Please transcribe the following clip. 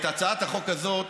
את הצעת החוק הזאת,